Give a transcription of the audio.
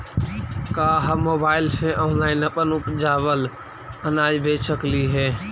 का हम मोबाईल से ऑनलाइन अपन उपजावल अनाज बेच सकली हे?